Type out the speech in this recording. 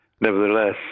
nevertheless